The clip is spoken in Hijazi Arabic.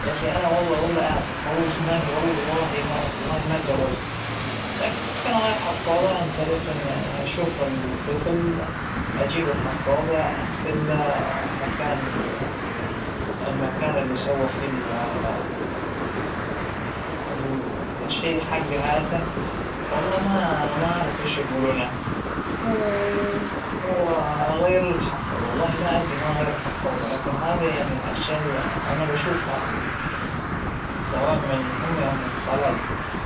أول شى بن- بنخلى الطفل بنفسخه هذى الحفاضة الوسخة، وننظفه تمام بالموية والصابون ، وبعدين بنجيب الحفاظة ال- الجديدة وكريم معالجة التسلخات، وبنضها تحت الطفل، وبنضع الكريم وبنسكرها منيح.